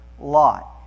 Lot